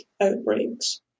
outbreaks